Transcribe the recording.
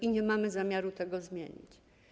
I nie mamy zamiaru tego zmienić.